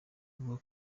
avuga